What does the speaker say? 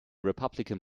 republican